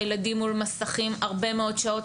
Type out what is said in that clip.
הילדים מול מסכים הרבה מאוד שעות.